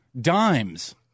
Dimes